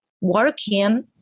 working